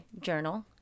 journal